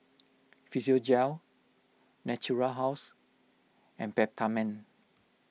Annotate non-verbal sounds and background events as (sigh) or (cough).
(noise) Physiogel Natura House and Peptamen